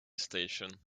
station